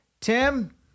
tim